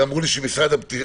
הם אמרו לי שמשרד הבריאות